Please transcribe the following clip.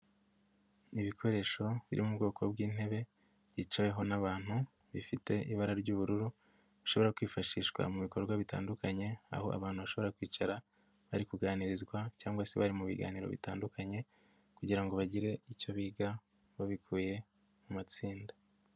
Ibikoresho biri mu bwoko bw'intebe byicaweho n'abantu bifite ibara ry'ubururu, bishobora kwifashishwa mu bikorwa bitandukanye, aho abantu bashobora kwicara bari kuganirizwa cyangwa se bari mu biganiro bitandukanye kugira ngo bagire icyo biga babikuye mu matsinda.